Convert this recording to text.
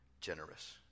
generous